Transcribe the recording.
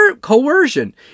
coercion